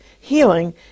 healing